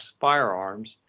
firearms